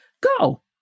Go